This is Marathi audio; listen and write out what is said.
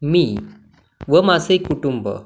मी व माझे कुटुंब